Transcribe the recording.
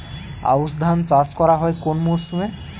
আউশ ধান চাষ করা হয় কোন মরশুমে?